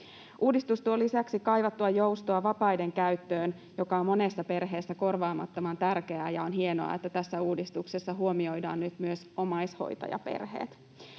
Uudistus tuo lisäksi kaivattua joustoa vapaiden käyttöön, joka on monessa perheessä korvaamattoman tärkeää, ja on hienoa, että tässä uudistuksessa huomioidaan nyt myös omaishoitajaperheet.